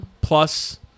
Plus